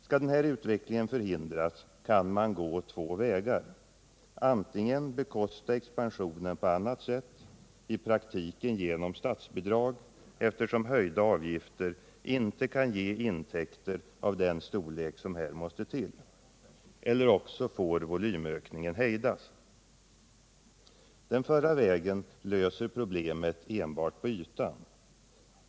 Skall denna utveckling förhindras kan man gå två vägar: antingen får man bekosta expansionen på annat sätt — i praktiken genom statsbidrag, eftersom höjda avgifter inte kan ge intäkter av den storlek som här måste till — eller också får volymökningen hejdas. Den förra vägen löser problemet enbart på ytan.